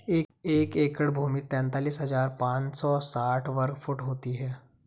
एक एकड़ भूमि तैंतालीस हज़ार पांच सौ साठ वर्ग फुट होती है